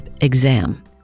Exam